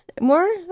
more